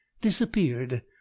disappeared